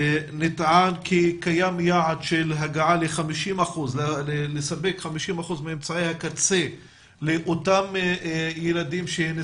נטען כי קיים יעד לספק 50% מאמצעי הקצה לאותם תלמידים